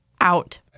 Out